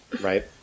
Right